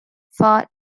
fat